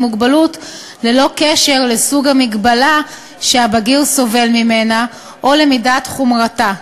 מוגבלות ללא קשר לסוג המגבלה שהבגיר סובל ממנה או למידת חומרתה,